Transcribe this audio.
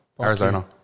Arizona